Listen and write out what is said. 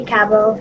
Cabo